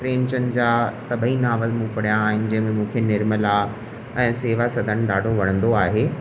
प्रेमचंद जा सभेई नावेल मूं पढ़िया आहिनि जंहिं में मूंखे निर्मला ऐं सेवा सदन ॾाढो वणंदो आहे